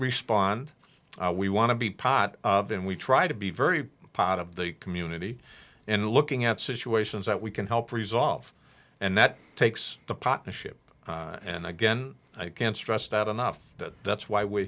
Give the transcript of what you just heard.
respond we want to be pot of and we try to be very proud of the community and looking at situations that we can help resolve and that takes the partnership and again i can't stress that enough that that's why we're